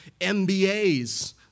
MBAs